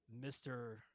Mr